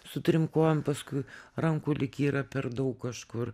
su trim kojom paskui rankų lyg yra per daug kažkur